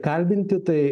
kalbinti tai